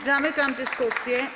Zamykam dyskusję.